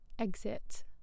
exit